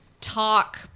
talk